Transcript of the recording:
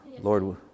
Lord